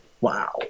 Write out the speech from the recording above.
wow